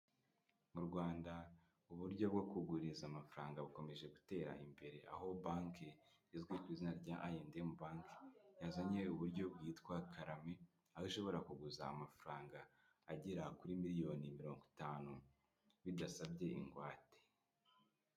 Mu Rwanda uburyo bwo kuguriza amafaranga bukomeje gutera imbere, aho banki izwi ku izina rya I&M banki yazanye uburyo bwitwa karame, aho ushobora kuguza amafaranga agera kuri miliyoni mirongo itanu bidasabye ingwate.